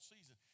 season